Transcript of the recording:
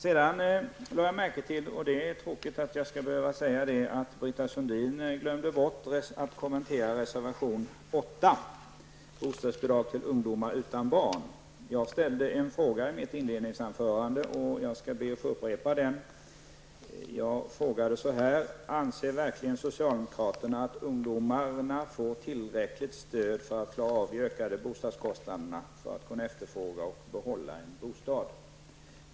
Sedan lade jag märke till -- och det är tråkigt att jag skall behöva säga det -- att Britta Sundin glömde att kommentera reservation 8, om bostadsbidrag till ungdomar utan barn. Jag ställde en fråga i mitt inledningsanförande, och jag skall be att få upprepa den: Anser verkligen socialdemokraterna att ungdomarna får tillräckligt stöd för att klara av de ökade bostadskostnaderna, så att de kan efterfråga och behålla en bostad?